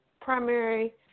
Primary